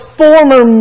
former